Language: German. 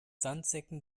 sandsäcken